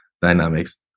dynamics